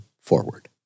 forward